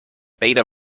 beta